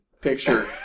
picture